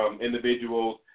individuals